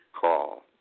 call